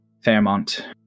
Fairmont